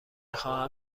خواهم